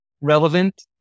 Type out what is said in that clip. Relevant